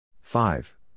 five